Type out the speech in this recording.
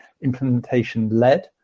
implementation-led